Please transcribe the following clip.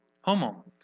Homo